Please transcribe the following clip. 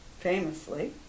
famously